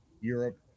europe